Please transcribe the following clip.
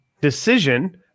decision